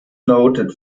noted